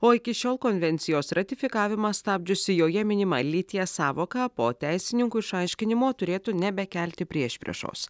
o iki šiol konvencijos ratifikavimą stabdžiusi joje minima lyties sąvoka po teisininkų išaiškinimo turėtų nebekelti priešpriešos